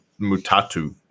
Mutatu